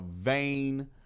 vain